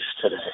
today